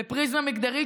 בפריזמה מגדרית,